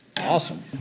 Awesome